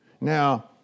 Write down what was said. Now